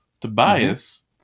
Tobias